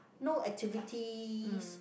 no activities